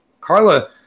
Carla